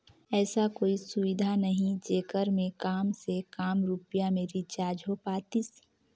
ऐसा कोई सुविधा नहीं जेकर मे काम से काम रुपिया मे रिचार्ज हो पातीस?